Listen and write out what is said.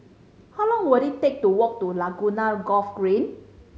how long will it take to walk to Laguna Golf Green